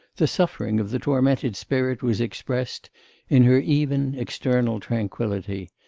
the suffering of the tormented spirit was expressed in her even external tranquillity,